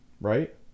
Right